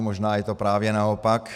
Možná je to právě naopak.